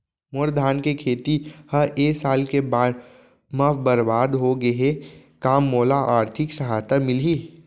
मोर धान के खेती ह ए साल के बाढ़ म बरबाद हो गे हे का मोला आर्थिक सहायता मिलही?